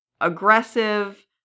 aggressive